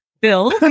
Bill